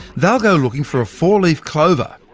they'll go looking for a four-leaf clover,